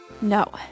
No